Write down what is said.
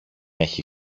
έχει